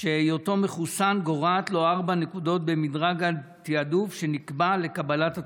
שהיותו מחוסן גורע לו ארבע נקודות במדרג התיעדוף שנקבע לקבלת התרופה.